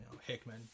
hickman